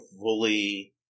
fully